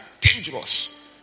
dangerous